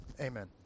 Amen